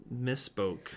misspoke